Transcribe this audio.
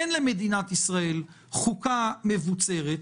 אין למדינת ישראל חוקה מבוצרת.